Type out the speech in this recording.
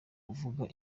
kuvuga